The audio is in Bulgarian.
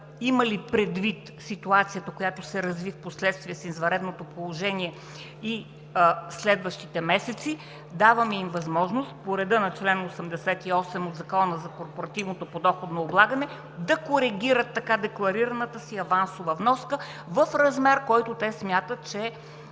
имали предвид ситуацията, която се разви впоследствие с извънредното положение и следващите месеци, даваме им възможност по реда на чл. 88 от Закона за корпоративното подоходно облагане да коригират така декларираната си авансова вноска в размер, който те смятат, че